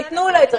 ייתנו לה.